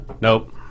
Nope